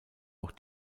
auch